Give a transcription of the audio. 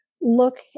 look